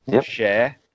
share